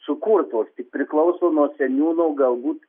sukurtos tik priklauso nuo seniūno galbūt